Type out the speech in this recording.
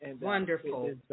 Wonderful